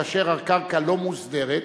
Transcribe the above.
כאשר הקרקע לא מוסדרת,